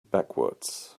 backwards